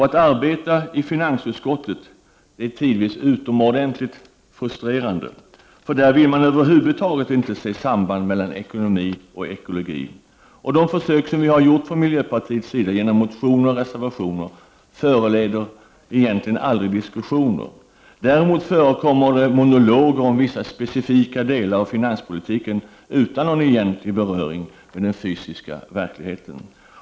Att arbeta i finansutskottet är tidvis utomordentligt frustrerande, för där vill man över huvud taget inte se samband mellan ekonomi och ekologi. Och de försök som vi har gjort från miljöpartiets sida genom motioner och reservationer föranleder egentligen aldrig diskussioner. Däremot förekommer det monologer om vissa specifika delar av finanspolitiken utan någon egentlig beröring med den fysiska verkligheten.